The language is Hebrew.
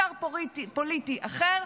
כר פוליטי אחר,